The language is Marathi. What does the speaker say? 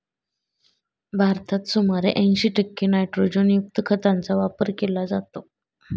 भारतात सुमारे ऐंशी टक्के नायट्रोजनयुक्त खतांचा वापर केला जातो